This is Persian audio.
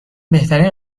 بهترین